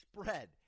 spread